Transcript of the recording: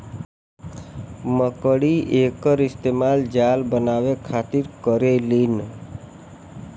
मकड़ी एकर इस्तेमाल जाला बनाए के खातिर करेलीन